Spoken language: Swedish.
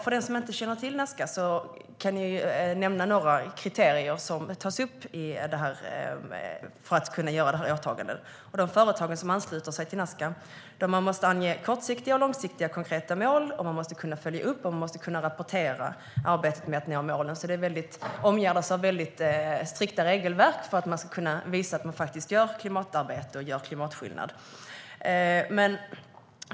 För den som inte känner till Nazca kan jag nämna några kriterier som tas upp för att företagen ska kunna göra åtagandet. De företag som ansluter sig måste ange kortsiktiga och långsiktiga konkreta mål. De måste kunna följa upp, och de måste kunna rapportera arbetet med att nå målen. Det omgärdas av strikta regelverk för att man ska kunna visa att man gör klimatarbete och gör klimatskillnad.